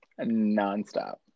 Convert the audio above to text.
nonstop